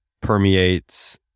permeates